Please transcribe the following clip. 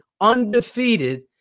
undefeated